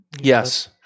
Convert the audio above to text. Yes